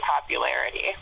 popularity